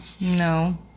No